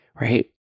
Right